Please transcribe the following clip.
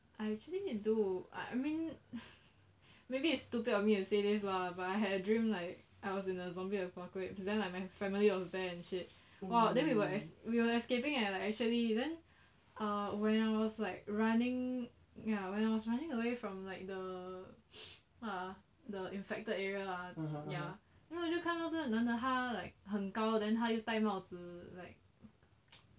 I actually do I mean maybe it's stupid of me to say this lah but I had a dream like I was in the zombie apocalypse then my family was there and shit then we were we were escaping and like actually then ah when I was like running ya when I was running away from like the what ah the infected area ah ya then 我就看到这个男的他 like 很高 then 他又戴帽子 like